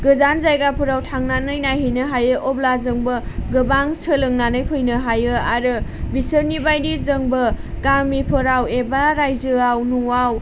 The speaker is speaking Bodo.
गोजान जायगाफोराव थांनानै नायहैनो हायो अब्ला जोंबो गोबां सोलोंनानै फैनो हायो आरो बिसोरनिबायदि जोंबो गामिफोराव एबा रायजोआव न'आव